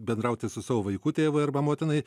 bendrauti su savo vaiku tėvui arba motinai